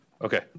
Okay